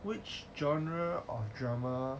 which genre of drama